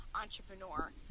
entrepreneur